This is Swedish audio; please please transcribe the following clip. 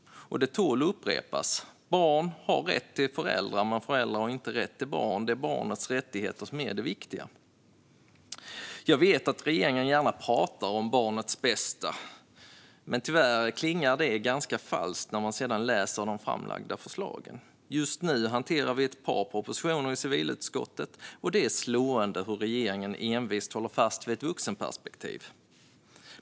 Och det tål att upprepas: Barn har rätt till föräldrar, men föräldrar har inte rätt till barn. Det är barnets rättigheter som är det viktiga. Jag vet att regeringen gärna pratar om barnets bästa, men tyvärr klingar det ganska falskt när man läser de framlagda förslagen. Just nu hanterar vi ett par propositioner i civilutskottet, och det är slående hur regeringen envist håller fast vid ett vuxenperspektiv.